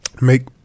make